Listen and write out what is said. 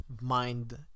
mind